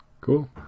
Cool